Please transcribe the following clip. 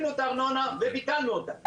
דחינו את הארנונה וביטלנו אותה